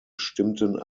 stimmten